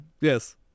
Yes